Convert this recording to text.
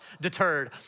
deterred